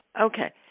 Okay